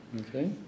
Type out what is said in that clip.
Okay